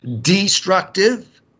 destructive